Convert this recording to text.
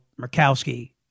Murkowski